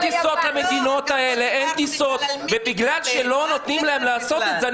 טיסות למדינות האלה ובגלל שלא נותנים להם לעשות את זה,